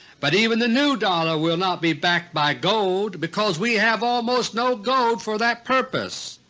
but even the new dollar will not be backed by gold because we have almost no gold for that purpose.